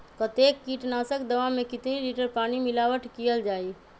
कतेक किटनाशक दवा मे कितनी लिटर पानी मिलावट किअल जाई?